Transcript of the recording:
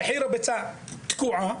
ומחיר הביצה תקוע.